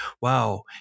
wow